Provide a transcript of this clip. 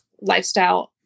lifestyle